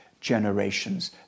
generations